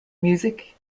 music